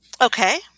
Okay